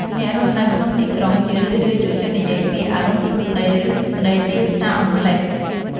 អ្នករស់នៅក្នុងទីក្រុងជារឿយៗចូលចិត្តនិយាយពាក្យ "អរុណសួស្តី" ឬ "សួស្តី" ជាភាសាអង់គ្លេស។